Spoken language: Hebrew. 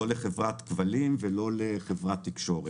לא לחברת כבלים ולא לחברת תקשורת.